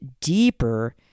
deeper